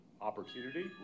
opportunity